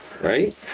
right